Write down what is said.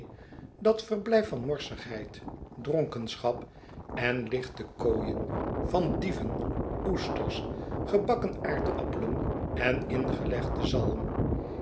dat verblijf van morsigheid dronkenschap en lichtekooien van dieven oesters gebakken aardappelen en ingelegden zalrn